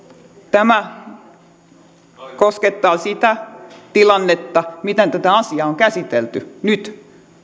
tämä koskettaa sitä tilannetta miten tätä asiaa on käsitelty nyt